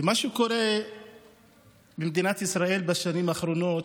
ומה שקורה במדינת ישראל, בשנים האחרונות